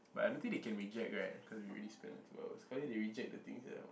but I don't think they can reject right cause we already spend the two hours sekali they reject the thing sia